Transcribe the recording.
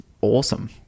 awesome